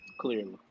Clearly